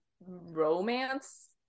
romance